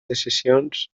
decisions